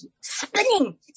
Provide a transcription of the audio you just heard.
spinning